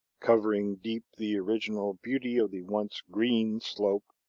covering deep the original beauty of the once green slope,